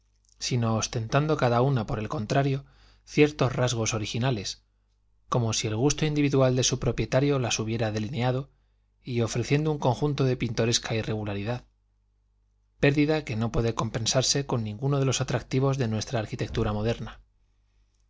sino ostentando cada una por el contrario ciertos rasgos originales como si el gusto individual de su propietario las hubiera delineado y ofreciendo un conjunto de pintoresca irregularidad pérdida que no puede compensarse con ninguno de los atractivos de nuestra arquitectura moderna